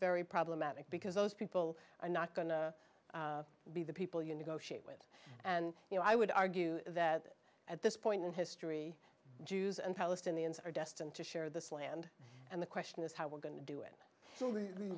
very problematic because those people are not going to be the people you negotiate with and you know i would argue that at this point in history jews and palestinians are destined to share this land and the question is how we're going to do it